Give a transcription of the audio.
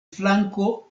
flanko